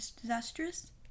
disastrous